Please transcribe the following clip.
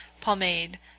pomade